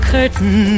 Curtain